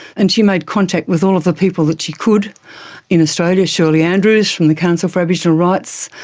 and she made contact with all of the people that she could in australia shirley andrews from the council for aboriginal rights,